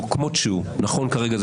כרגע,